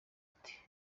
ati